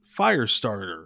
Firestarter